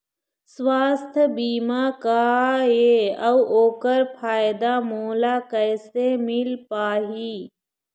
सुवास्थ बीमा का ए अउ ओकर फायदा मोला कैसे मिल पाही?